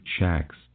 shacks